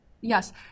Yes